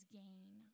gain